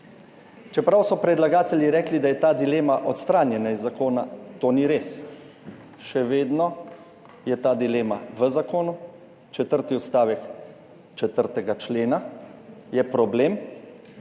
Čeprav so predlagatelji rekli, da je ta dilema odstranjena iz zakona, to ni res. Še vedno je ta dilema v zakonu. Četrti odstavek 4. člena je problem